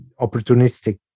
opportunistic